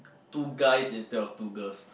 two guys instead of two girls